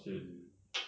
mm